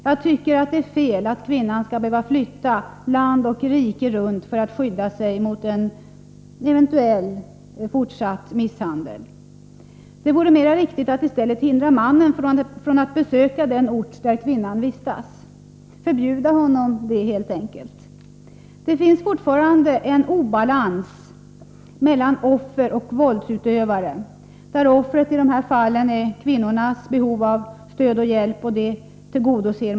Jag tycker att det är fel att kvinnan skall behöva flytta land och rike runt för att skydda sig emot en eventuell fortsatt misshandel. Det vore mer riktigt att i stället hindra mannen från att besöka den ort där kvinnan vistas — helt enkelt förbjuda honom att göra det. Det finns fortfarande en obalans mellan offer och våldsutövare, där offret i dessa fall utgörs av kvinnornas behov av stöd och hjälp, vilket inte tillgodoses.